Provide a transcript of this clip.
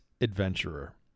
adventurer